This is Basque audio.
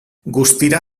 guztira